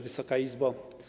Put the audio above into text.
Wysoka Izbo!